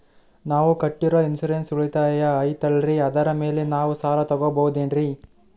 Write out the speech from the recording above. ನಾವು ಕಟ್ಟಿರೋ ಇನ್ಸೂರೆನ್ಸ್ ಉಳಿತಾಯ ಐತಾಲ್ರಿ ಅದರ ಮೇಲೆ ನಾವು ಸಾಲ ತಗೋಬಹುದೇನ್ರಿ?